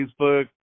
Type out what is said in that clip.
Facebook